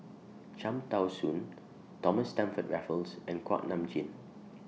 Cham Tao Soon Thomas Stamford Raffles and Kuak Nam Jin